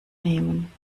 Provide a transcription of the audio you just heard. nehmen